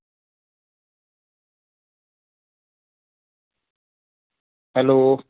hello